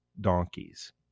donkeys